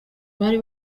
bari